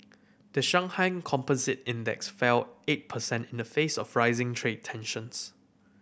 the Shanghai Composite Index fell eight percent in the face of rising trade tensions